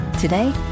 Today